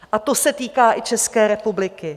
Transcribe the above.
A to se týká i České republiky.